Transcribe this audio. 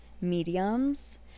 mediums